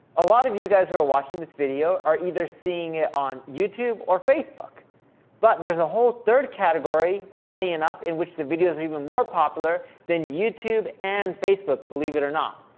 a lot of you guys that are watching this video are either seeing it on youtube or facebook but, there's a whole third category, and funny enough, in which the videos are even more popular than youtube and facebook. believe it or not.